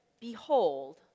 behold